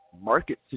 market